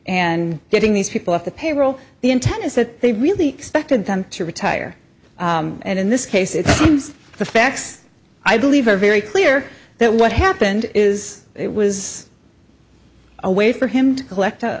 and getting these people off the payroll the intent is that they really expected them to retire and in this case if the facts i believe are very clear that what happened is it was a way for him to collect a